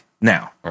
Now